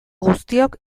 guztiok